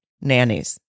nannies